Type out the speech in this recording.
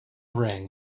ring